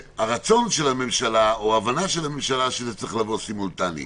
הרצון או ההבנה של הממשלה שצריך לבוא סימולטנית.